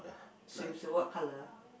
swimsuit what colour